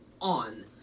on